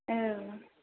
औ